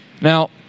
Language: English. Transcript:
Now